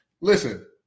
Listen